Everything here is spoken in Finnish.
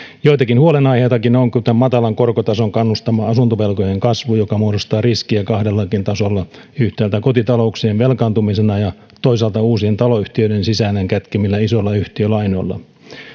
joitakin huolenaiheitakin on kuten matalan korkotason kannustama asuntovelkojen kasvu joka muodostaa riskiä kahdellakin tasolla yhtäältä kotitalouksien velkaantumisena ja toisaalta uusien taloyhtiöiden sisäänsä kätkemillä isoilla yhtiölainoilla